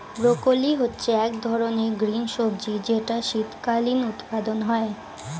broccoli হচ্ছে এক ধরনের গ্রিন সবজি যেটার শীতকালীন উৎপাদন হয়ে